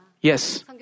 Yes